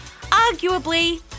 arguably